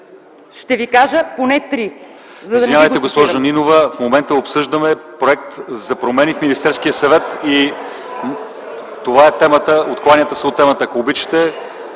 Ще Ви кажа поне три.